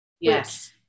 yes